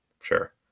Sure